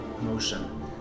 motion